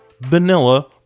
Vanilla